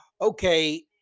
Okay